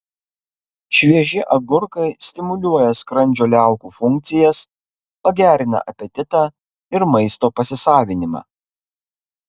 švieži agurkai stimuliuoja skrandžio liaukų funkcijas pagerina apetitą ir maisto pasisavinimą